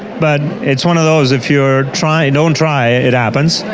but, it's one of those, if you're trying, don't try it happens.